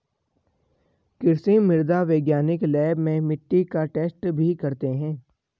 कृषि मृदा वैज्ञानिक लैब में मिट्टी का टैस्ट भी करते हैं